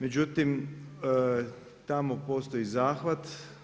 Međutim, tamo postoji zahvat.